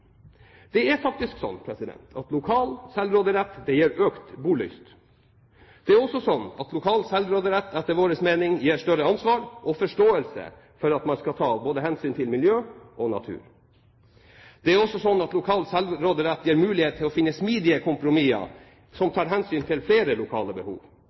Det er faktisk slik at lokal selvråderett gir økt bolyst. Det er også slik at lokal selvråderett, etter vår mening, gir større ansvar og forståelse for at man både skal ta hensyn til miljø og til natur. Det er også slik at lokal selvråderett gir mulighet til å finne smidige kompromisser som tar hensyn til flere lokale behov.